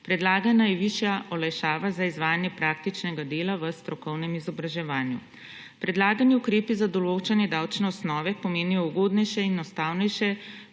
Predlagana je višja olajšava za izvajanje praktičnega dela v strokovnem izobraževanju. Predlagani ukrepi za določanje davčne osnove pomenijo ugodnejše in enostavnejše